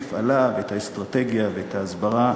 להוסיף עליו את האסטרטגיה ואת ההסברה,